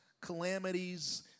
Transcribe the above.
calamities